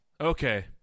Okay